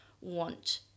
want